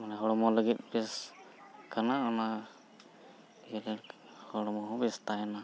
ᱢᱟᱱᱮ ᱦᱚᱲᱢᱚ ᱞᱟᱹᱜᱤᱫ ᱵᱮᱥ ᱠᱟᱱᱟ ᱚᱱᱟ ᱤᱭᱟᱹ ᱞᱮᱠᱷᱟᱱ ᱦᱚᱲᱢᱚ ᱦᱚᱸ ᱵᱮᱥ ᱛᱟᱦᱮᱱᱟ